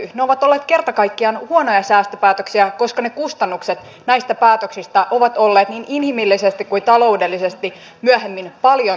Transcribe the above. ne ovat olleet kerta kaikkiaan huonoja säästöpäätöksiä koska ne kustannukset näistä päätöksistä ovat olleet niin inhimillisesti kuin taloudellisesti myöhemmin paljon suurempia